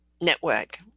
network